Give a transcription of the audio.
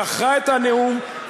זכרה את הנאום,